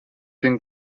bin